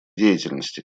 деятельности